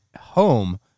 home